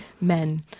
men